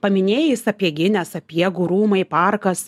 paminėjai sapieginę sapiegų rūmai parkas